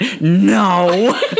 No